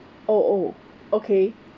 oh oh okay